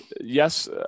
yes